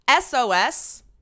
SOS